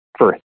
First